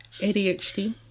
ADHD